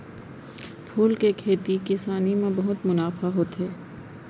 फूल के खेती किसानी म बहुत मुनाफा होथे